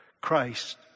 Christ